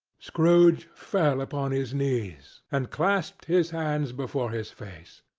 scrooge fell upon his knees, and clasped his hands before his face.